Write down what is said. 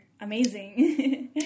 amazing